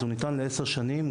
אז הוא ניתן לעשר שנים,